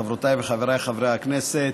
חברותיי וחבריי חברי הכנסת,